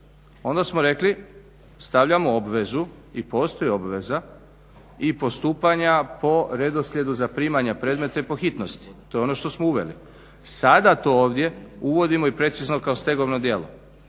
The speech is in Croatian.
Onda smo rekli stavljamo obvezu i postoji obveza i postupanja po redoslijedu zaprimanja predmeta i po hitnosti. To je ono što smo uveli. Sada to ovdje uvodimo i precizno kao stegovno djelo.